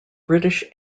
british